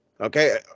Okay